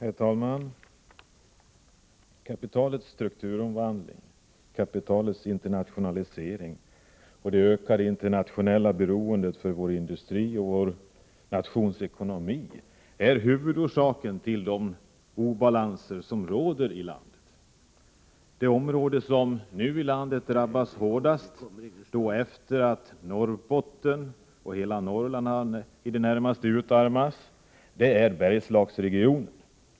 Herr talman! Kapitalets strukturomvandling, kapitalets internationalisering och det ökade internationella beroendet för vår industri och för vår nations ekonomi är huvudorsakerna till de obalanser som råder i landet. Det område som nu drabbas hårdast efter det att Norrbotten och hela Norrland i det närmaste utarmats är Bergslagsregionen.